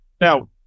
Now